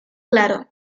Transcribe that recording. claro